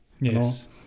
Yes